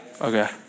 Okay